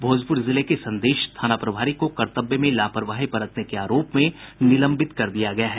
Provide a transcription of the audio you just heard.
भोजपुर जिले के संदेश थाना प्रभारी को कर्तव्य में लापरवाही बरतने के आरोप में निलंबित कर दिया गया है